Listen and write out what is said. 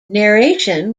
narration